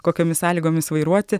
kokiomis sąlygomis vairuoti